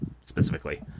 specifically